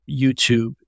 YouTube